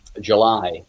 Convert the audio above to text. July